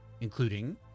including